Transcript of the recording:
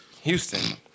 Houston